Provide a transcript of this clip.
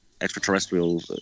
extraterrestrial